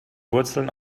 wurzeln